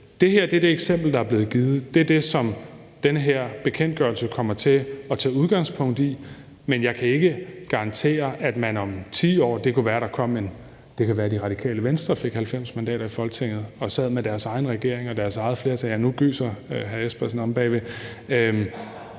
det er det her eksempel, der er blevet givet. Det er det, som den her bekendtgørelse kommer til at tage udgangspunkt i, men jeg kan ikke garantere noget i forhold til om 10 år. Det kunne være, Radikale Venstre fik 90 mandater i Folketinget og sad med deres egen regering og deres eget flertal – ja, nu gyser hr. Søren Espersen omme bagved